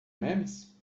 memes